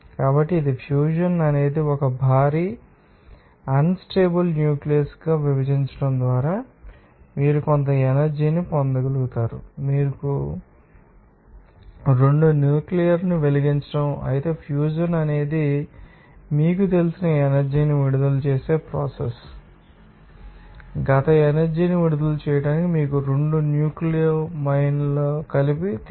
కాబట్టి ఇది ఫ్యూజన్ అనేది ఒక భారీ అన్స్టేబుల్ న్యూక్లిస్ విభజించడం ద్వారా మీరు కొంత ఎనర్జీ ని పొందగలుగుతారు మీకు తెలుసా 2 న్యూక్లియర్ వెలిగించండి అయితే ఫ్యూజన్ అనేది మీకు తెలిసిన ఎనర్జీ ని విడుదల చేసే ప్రోసెస్ మీకు తెలుసు కలపడం ఈ గత ఎనర్జీ ని విడుదల చేయడానికి మీకు 2 న్యూక్లియైలను కలిపి తెలుసు